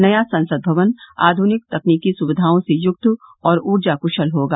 नया संसद भवन आधुनिक तकनीकी सुविधाओं से युक्त और ऊर्जा कुशल होगा